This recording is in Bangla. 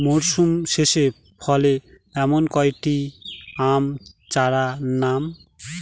মরশুম শেষে ফলে এমন কয়েক টি আম চারার নাম?